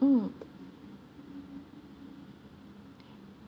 mm